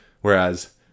Whereas